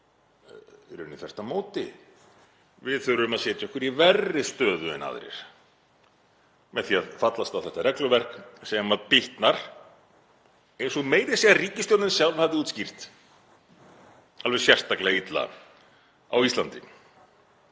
í rauninni þvert á móti. Við þurfum að setja okkur í verri stöðu en aðrir með því að fallast á þetta regluverk sem bitnar, eins og meira að segja ríkisstjórnin sjálf hafði útskýrt, alveg sérstaklega illa á Íslandi.